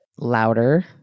louder